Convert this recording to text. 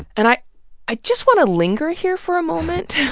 and i i just want to linger here for a moment.